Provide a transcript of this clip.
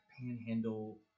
panhandle